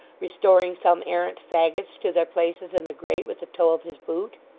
restoring some errant faggots to their places in the grate with the toe of his boot.